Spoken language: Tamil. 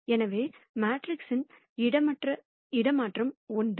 எனவே மேட்ரிக்ஸின் இடமாற்றம் ஒன்றே